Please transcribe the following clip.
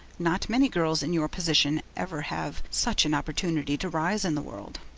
not many girls in your position ever have such an opportunity to rise in the world.